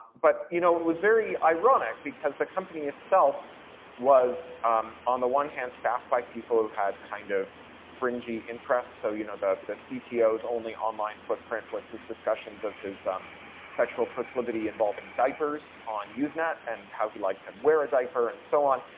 but, you know, it was very ironic because the company itself was on the one hand staffed by people who had kind of fringy interests, so you know the the cto's only online footprint was his discussions of his um sexual proclivity involving diapers on usenet and how he liked to wear a diaper and so on.